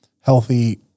healthy